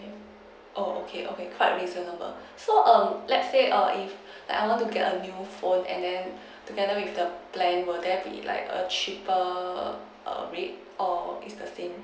oo okay okay quite reasonable so um let's say err if like I want to get a new phone and then together with the plan will there any like a cheaper err rate or it's the same